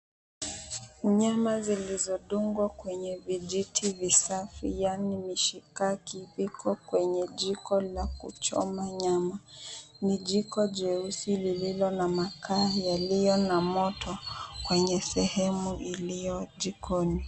Nyama zilizodungwa kwenye vijiti visafi, yani mishikaki iko kwenye jiko la kuchoma nyama. Ni jiko jeusi lililo na makaa yaliyo na moto. Kwenye sahemu iliyo jikoni.